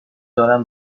دارم